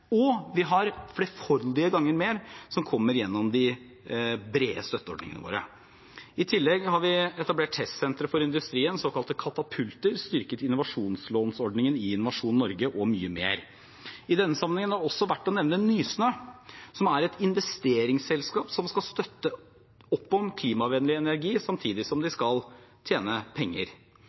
og flerfoldige ganger mer som kommer gjennom de brede støtteordningene våre. I tillegg har vi etablert testsentre for industrien, såkalte katapulter, styrket innovasjonslåneordningen i Innovasjon Norge og mye mer. I denne sammenhengen er også verdt å nevne Nysnø, som er et investeringsselskap som skal støtte opp om klimavennlig energi, samtidig som de skal tjene penger.